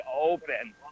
open